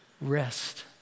rest